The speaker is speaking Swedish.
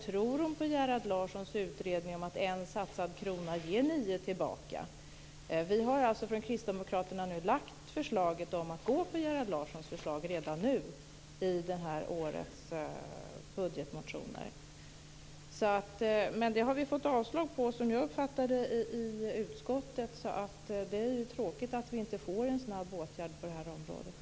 Tror hon på Gerhard Larssons utredning om att en satsad krona ger nio tillbaka? Vi har alltså från kristdemokraterna lagt fram förslaget att stödja Gerhard Larssons förslag redan i årets budgetmotioner. Men som jag uppfattar det har vårt förslag avstyrkts i utskottet. Det är ju tråkigt att vi inte får en snabb åtgärd på det här området.